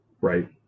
Right